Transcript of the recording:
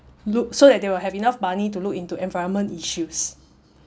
look so that they will have enough money to look into environment issues